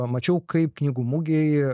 pamačiau kaip knygų mugėj